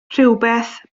rhywbeth